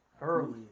early